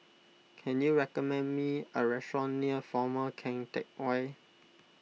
can you recommend me a restaurant near former Keng Teck Whay